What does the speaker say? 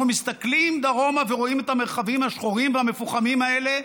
אנחנו מסתכלים דרומה ורואים את המרחבים השחורים והמפוחמים האלה,